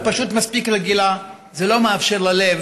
או פשוט מספיק רגילה, זה לא מאפשר ללב